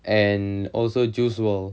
and also juice world